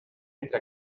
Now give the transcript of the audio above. entre